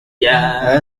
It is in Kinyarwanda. aya